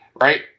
right